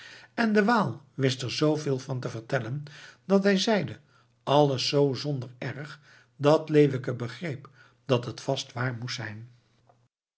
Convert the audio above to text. en de waal wist er zoo veel van te vertellen en hij zeide alles zoo zonder erg dat leeuwke begreep dat het vast waar moest zijn